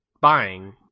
buying